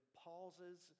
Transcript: pauses